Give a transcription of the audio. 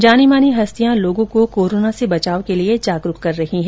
जानी मानी हस्तियां लोगों को कोरोना से बचाव के लिए जागरूक कर रही हैं